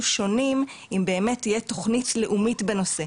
שונים אם באמת תהיה תוכנית לאומית בנושא.